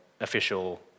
official